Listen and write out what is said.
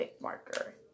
marker